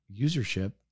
usership